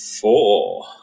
Four